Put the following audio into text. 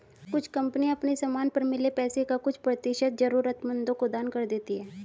कुछ कंपनियां अपने समान पर मिले पैसे का कुछ प्रतिशत जरूरतमंदों को दान कर देती हैं